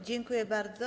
Dziękuję bardzo.